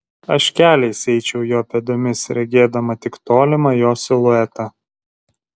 aš keliais eičiau jo pėdomis regėdama tik tolimą jo siluetą